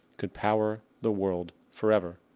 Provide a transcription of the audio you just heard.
could power the world forever.